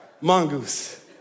mongoose